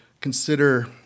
consider